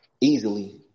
easily